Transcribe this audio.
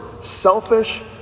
selfish